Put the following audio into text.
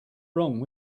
wrong